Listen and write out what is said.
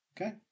Okay